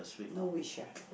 no wish ah